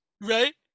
Right